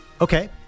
Okay